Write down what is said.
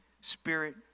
spirit